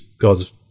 God's